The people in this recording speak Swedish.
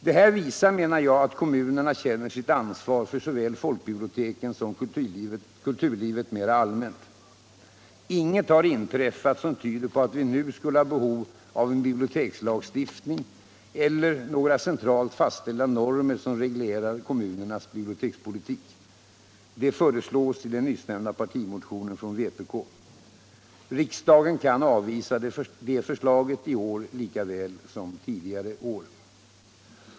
Detta visar, menar jag, att kommunerna känner sitt ansvar för såväl folkbiblioteken som kulturlivet mera allmänt. Inget har inträffat som tyder på att vi nu skulle ha behov av en bibliotekslagstiftning eller några centralt fastställda normer som reglerar kommunernas bibliotekspolitik. Det föreslås i den nyssnämnda partimotionen från vpk. Riksdagen kan avvisa det förslaget i år lika väl som tidigare år.